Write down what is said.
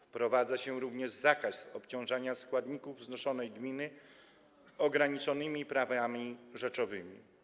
Wprowadza się również zakaz obciążania składników znoszonej gminy ograniczonymi prawami rzeczowymi.